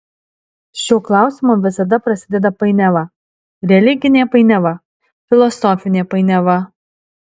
šiuo klausimu visada prasideda painiava religinė painiava filosofinė painiava